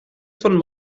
von